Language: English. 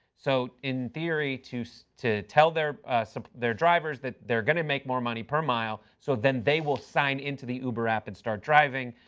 so in theory, to so to tell their so their drivers that they are going to make more money per mile, so then they will sign into the uber app and start driving.